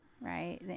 right